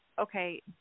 okay